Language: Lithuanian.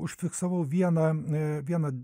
užfiksavau vieną vieną